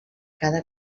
cada